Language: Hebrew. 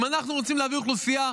אם אנחנו רוצים להביא אוכלוסייה,